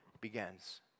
begins